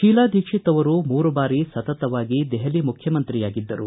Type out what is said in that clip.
ಶೀಲಾ ದೀಕ್ಷಿತ್ ಅವರು ಮೂರು ಬಾರಿ ಸತತವಾಗಿ ದೆಹಲಿ ಮುಖ್ಯಮಂತ್ರಿಯಾಗಿದ್ದರು